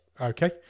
Okay